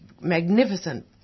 magnificent